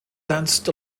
danced